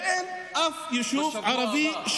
ואין בה אף יישוב ערבי?